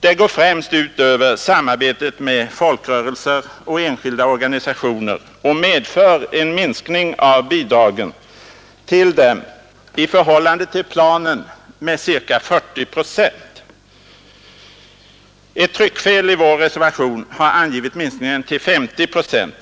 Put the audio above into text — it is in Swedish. Det går främst ut över samarbetet med folkrörelser och enskilda organisationer och medför en minskning av bidragen till dem i förhållande till planen med ca 40 procent. Ett tryckfel i vår reservation har angivit minskningen till 50 procent.